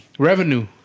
Revenue